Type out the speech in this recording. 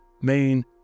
main